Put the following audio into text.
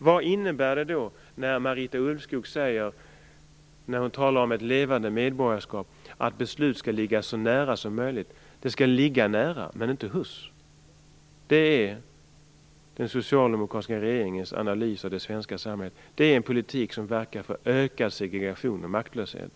Vad innebär det som Marita Ulvskog säger när hon talar om ett "levande medborgarskap", nämligen att beslut skall ligga så nära som möjligt? De skall alltså ligga nära, men inte hos. Det är den socialdemokratiska regeringens analys av det svenska samhället och det är en politik som verkar för ökad segregation och maktlöshet.